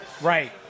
Right